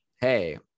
Hey